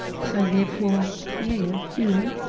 so therefore yeah, you know,